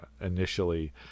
initially